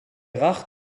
rares